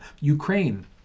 Ukraine